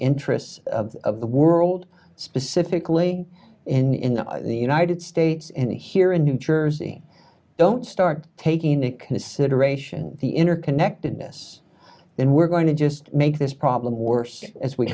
interests of the world specifically in the united states and here in new jersey don't start taking it consideration the interconnectedness then we're going to just make this problem worse as we